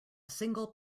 single